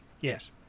Yes